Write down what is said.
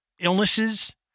illnesses